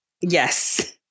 Yes